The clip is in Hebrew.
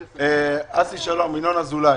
אסי, שלום, ינון אזולאי.